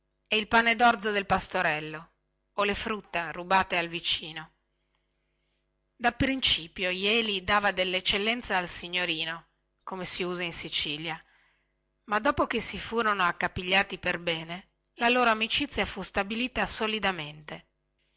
e il pane dorzo del pastorello e le frutta rubate al vicino dapprincipio jeli dava delleccellenza al signorino come si usa in sicilia ma dopo che si furono accapigliati per bene la loro amicizia fu stabilita solidamente